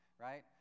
right